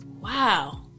wow